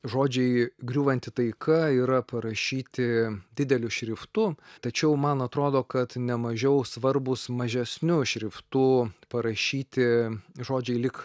žodžiai griūvanti taika yra parašyti dideliu šriftu tačiau man atrodo kad ne mažiau svarbūs mažesniu šriftu parašyti žodžiai lyg